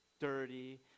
dirty